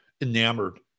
enamored